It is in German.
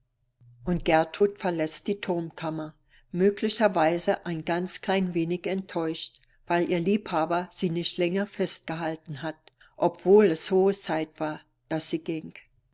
und gertrud verläßt die turmkammer möglicherweise ein ganz klein wenig enttäuscht weil ihr liebhaber sie nicht länger festgehalten hat obwohl es hohe zeit war daß sie ging